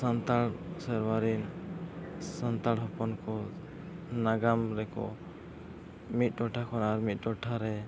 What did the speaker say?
ᱥᱟᱱᱛᱟᱲ ᱥᱮᱨᱣᱟ ᱨᱮᱱ ᱥᱟᱱᱛᱟᱲ ᱦᱚᱯᱚᱱ ᱠᱚ ᱱᱟᱜᱟᱢ ᱨᱮᱠᱚ ᱢᱤᱫ ᱴᱚᱴᱷᱟ ᱠᱷᱚᱱ ᱟᱨ ᱢᱤᱫ ᱴᱚᱴᱷᱟᱨᱮ